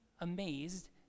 amazed